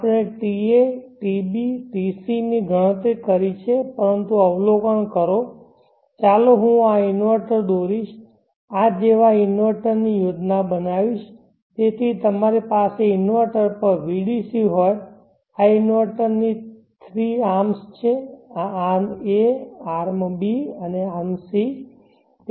આપણે ta tb tc ની ગણતરી કરી છે પરંતુ અવલોકન કરો ચાલો હું આ ઇન્વર્ટર દોરીશ આ જેવા ઇન્વર્ટરની યોજના બનાવીશ જેથી તમારી પાસે ઇન્વર્ટર પર vdc હોય આ ઇન્વર્ટરની 3 આર્મ્સ છે આ arm a arm b arm c છે